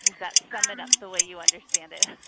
does that sum it up the way you understand it?